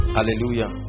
Hallelujah